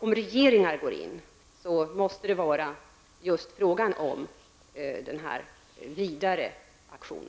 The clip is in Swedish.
Om regeringar går in måste det vara fråga om just en sådan vidare aktion.